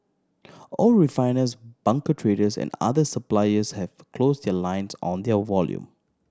all refiners bunker traders and other suppliers have closed the lines on their volume